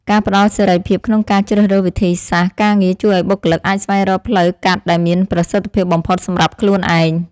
ការផ្តល់សេរីភាពក្នុងការជ្រើសរើសវិធីសាស្ត្រការងារជួយឱ្យបុគ្គលិកអាចស្វែងរកផ្លូវកាត់ដែលមានប្រសិទ្ធភាពបំផុតសម្រាប់ខ្លួនឯង។